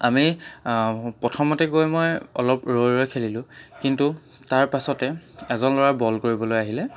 আমি প্ৰথমতে গৈ মই অলপ ৰৈ ৰৈ খেলিলোঁ কিন্তু তাৰপাছতে এজন ল'ৰা বল কৰিবলৈ আহিলে